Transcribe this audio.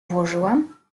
włożyłam